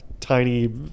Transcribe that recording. tiny